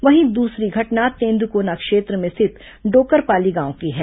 वहीं द्रसरी घटना तेंद्रकोना क्षेत्र में स्थित डोकरपाली गांव की है